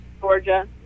Georgia